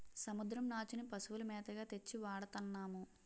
సముద్రం నాచుని పశువుల మేతగా తెచ్చి వాడతన్నాము